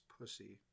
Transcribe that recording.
pussy